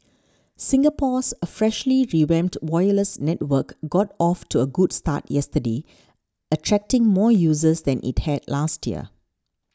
Singapore's a freshly revamped wireless network got off to a good start yesterday attracting more users than it had last year